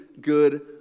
good